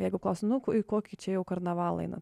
jeigu klausia nu į kokį čia jau karnavalą einam